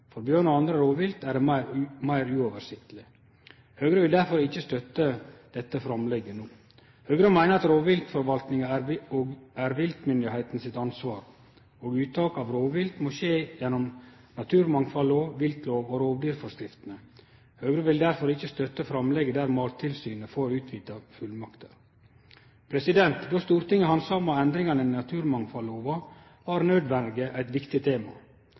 For bjørn og andre rovvilt er det meir uoversiktleg. Høgre vil derfor ikkje støtte dette framlegget no. Høgre meiner at rovviltforvaltninga er viltmyndigheitene sitt ansvar, og uttak av rovvilt må skje etter naturmangfaldlova, viltlova og rovdyrforskriftene. Høgre vil derfor ikkje støtte framlegget der Mattilsynet får utvida fullmakter. Då Stortinget handsama endringane i naturmangfaldslova, var naudverje eit viktig tema.